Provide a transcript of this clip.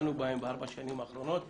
טיפלנו בהן בארבע השנים האחרונות,